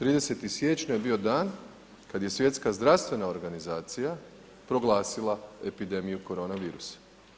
30. siječnja je bio dan kad je Svjetska zdravstvena organizacija proglasila epidemiju korona virusom.